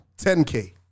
10K